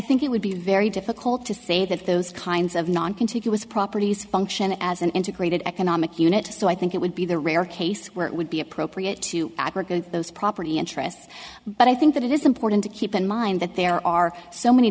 think it would be very difficult to say that those kinds of noncontiguous properties function as an integrated economic unit so i think it would be the rare case where it would be appropriate to abrogate those property interests but i think that it is important to keep in mind that there are so many